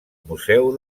museu